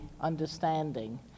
understanding